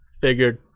Figured